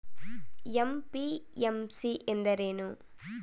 MPMC ಎಂದರೇನು?